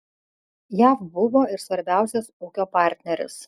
jav buvo ir svarbiausias ūkio partneris